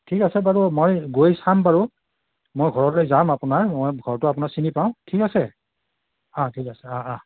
ঠিক আছে বাৰু মই গৈ চাম বাৰু মই ঘৰলৈ যাম আপোনাৰ মই ঘৰটো আপোনাৰ চিনি পাওঁ ঠিক আছে হা ঠিক আছে অ' অ'